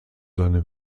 seine